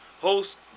Host